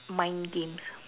mind games